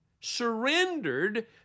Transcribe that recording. surrendered